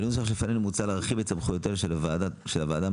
בנוסח שלפנינו מוצע להרחיב את סמכויותיה של ועדת החריגים,